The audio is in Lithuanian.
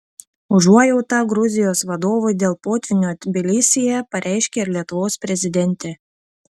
užuojautą gruzijos vadovui dėl potvynio tbilisyje pareiškė ir lietuvos prezidentė